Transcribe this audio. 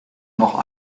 noch